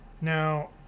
Now